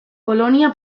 polonia